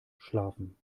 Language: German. schlafen